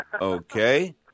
Okay